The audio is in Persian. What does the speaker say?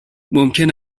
ممکن